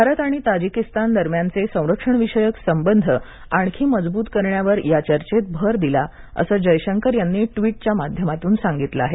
भारत आणि ताजिकिस्तान दरम्यानचे संरक्षण विषयक संबंध आणखी मजबूत करण्यावर या चर्चेत भर दिला असं जयशंकर यांनी ट्विटच्या माध्यमातून सांगितलं आहे